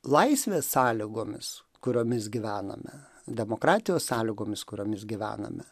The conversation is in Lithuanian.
laisvės sąlygomis kuriomis gyvename demokratijos sąlygomis kuriomis gyvename